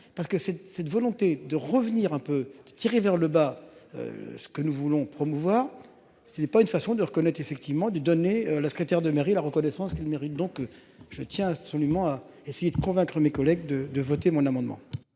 parce que c'est cette volonté de revenir un peu tiré vers le bas. Ce que nous voulons promouvoir ce n'est pas une façon de reconnaître effectivement dû donner la secrétaire de mairie la reconnaissance qu'elle mérite donc je tiens absolument à essayer de convaincre mes collègues de de voter mon amendement.